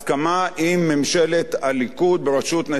עם ממשלת הליכוד בראשות נתניהו,